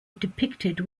depicted